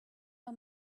how